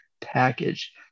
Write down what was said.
package